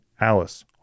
Alice